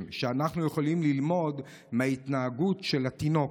שאנחנו יכולים ללמוד מההתנהגות של התינוק: